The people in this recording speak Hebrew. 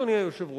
אדוני היושב ראש,